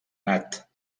anat